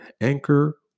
Anchor